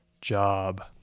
job